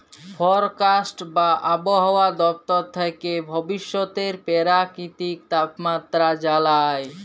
forecast বা আবহাওয়া দপ্তর থ্যাকে ভবিষ্যতের পেরাকিতিক তাপমাত্রা জালায়